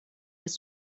des